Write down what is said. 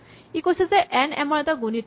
ই কৈছে যে N M ৰ এটা গুণিতক